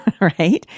right